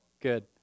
good